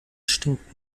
stinkt